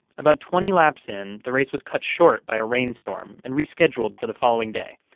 about twenty laps in, the race was cut short by a rainstorm and rescheduled for the following day.